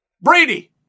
Brady